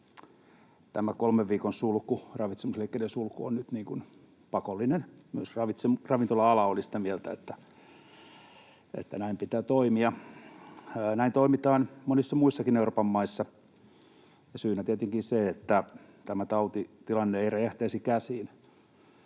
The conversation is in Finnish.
kolmen viikon sulku on nyt pakollinen. Myös ravintola-ala oli sitä mieltä, että näin pitää toimia. Näin toimitaan monissa muissakin Euroopan maissa, ja syynä tietenkin on se, että tämä tautitilanne ei räjähtäisi käsiin.